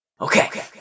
Okay